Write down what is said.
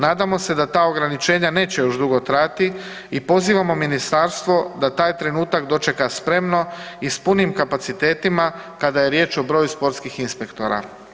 Nadamo se da ta ograničenja neće još dugo trajati i pozivamo ministarstvo da taj trenutak dočeka spremno i s punim kapacitetima kada je riječ o broju sportskih inspektora.